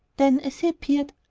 then, as he appeared,